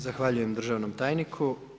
Zahvaljujem državnom tajniku.